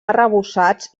arrebossats